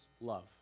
Love